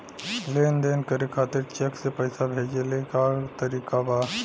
लेन देन करे खातिर चेंक से पैसा भेजेले क तरीकाका बा?